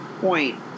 point